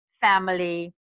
family